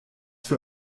für